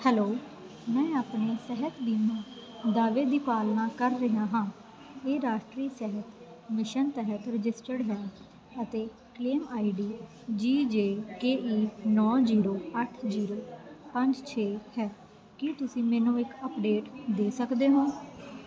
hello ਮੈਂ ਆਪਣੇ ਸਿਹਤ ਬੀਮਾ ਦਾਅਵੇ ਦੀ ਪਾਲਣਾ ਕਰ ਰਿਹਾ ਹਾਂ ਇਹ ਰਾਸ਼ਟਰੀ ਸਿਹਤ ਮਿਸ਼ਨ ਤਹਿਤ ਰਜਿਸਟਰਡ ਹੈ ਅਤੇ claim ID G J K E ਨੌਂ ਜ਼ੀਰੋ ਅੱਠ ਜ਼ੀਰੋ ਪੰਜ ਛੇ ਹੈ ਕੀ ਤੁਸੀਂ ਮੈਨੂੰ ਇੱਕ ਅਪਡੇਟ ਦੇ ਸਕਦੇ ਹੋ